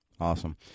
Awesome